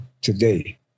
today